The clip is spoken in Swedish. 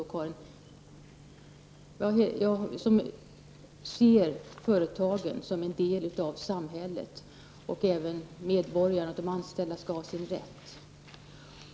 Vi ser här företagen som en del av samhället, och vi menar att medborgarna och de anställda skall ha sin rätt.